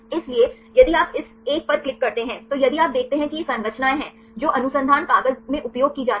इसलिए यदि आप इस एक पर क्लिक करते हैं तो यदि आप देखते हैं कि ये संरचनाएं हैं जो अनुसंधान कागज में उपयोग की जाती हैं